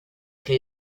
che